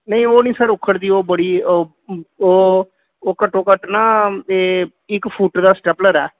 ਨਹੀਂ ਉਹ ਨਹੀਂ ਸਰ ਉੱਖੜ ਦੀ ਉਹ ਬੜੀ ਓ ਓਹ ਉਹ ਘੱਟੋ ਘੱਟ ਨਾ ਇਹ ਇੱਕ ਫੁੱਟ ਦਾ ਸਟੈਪਲਰ ਹੈ